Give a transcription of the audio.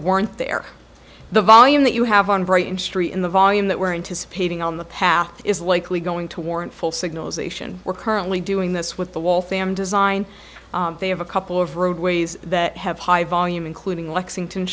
weren't there the volume that you have on right industry in the volume that we're anticipating on the path is likely going to warrant full signals ation we're currently doing this with the wall fam design they have a couple of roadways that have high volume including lexington